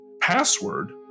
password